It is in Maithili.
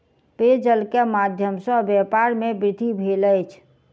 पेयजल के माध्यम सॅ व्यापार में वृद्धि भेल अछि